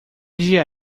dia